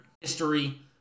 history